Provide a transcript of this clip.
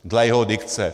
Dle jeho dikce.